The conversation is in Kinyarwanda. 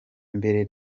mbere